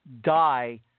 die